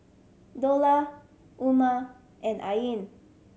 Dollah Umar and Ain